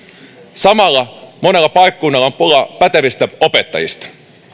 samalla monella paikkakunnalla on pula pätevistä opettajista